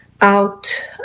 out